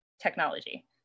technology